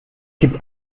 gibt